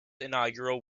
inaugural